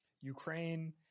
Ukraine